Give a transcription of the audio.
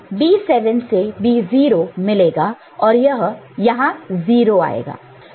B7 से B0 मिलेगा और यहां 0 आएगा